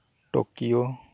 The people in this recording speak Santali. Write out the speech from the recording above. ᱴᱚᱠᱤᱭᱳ